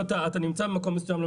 אתה נמצא במקום מסוים,